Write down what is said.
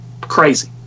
crazy